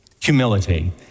humility